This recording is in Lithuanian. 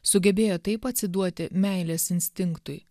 sugebėjo taip atsiduoti meilės instinktui